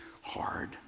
hard